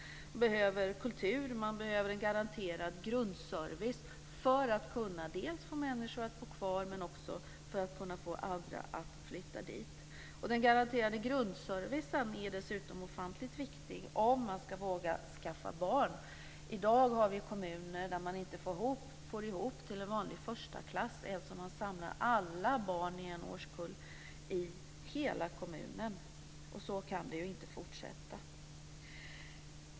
Man behöver kultur. Man behöver en garanterad grundservice för att få människor att bo kvar, men också för att få andra att flytta dit. Den garanterade grundservicen är dessutom ofantligt viktig om människor ska våga skaffa barn. I dag har vi kommuner där man inte får ihop till en vanlig förstaklass ens om man samlar alla barn i en årskull i hela kommunen. Så kan det inte fortsätta.